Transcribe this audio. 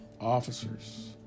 officers